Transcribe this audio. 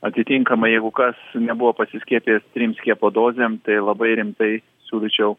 atitinkamai jeigu kas nebuvo pasiskiepijęs trim skiepo dozėm tai labai rimtai siūlyčiau